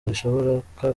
bishoboka